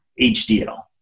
HDL